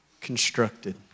constructed